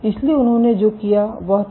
इसलिए उन्होंने जो किया वह था